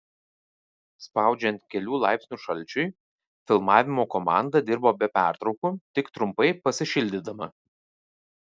spaudžiant kelių laipsnių šalčiui filmavimo komanda dirbo be pertraukų tik trumpai pasišildydama